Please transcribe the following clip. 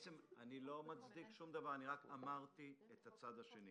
אני לא מצדיק שום דבר, רק אמרתי את הצד השני.